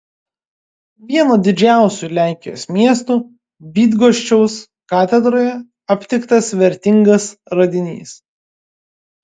vieno didžiausių lenkijos miestų bydgoščiaus katedroje aptiktas vertingas radinys